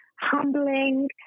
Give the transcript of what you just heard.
humbling